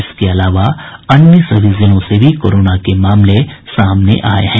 इसके अलावा अन्य सभी जिलों से भी कोरोना के मामले सामने आए हैं